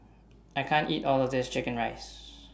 I can't eat All of This Chicken Rice